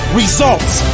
results